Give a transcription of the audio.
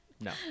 no